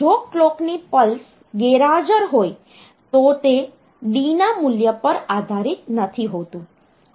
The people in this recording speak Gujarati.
જો કલોકની પલ્સ ગેરહાજર હોય તો તે D ના મૂલ્ય પર આધારિત નથી હોતું